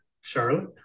Charlotte